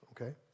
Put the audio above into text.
Okay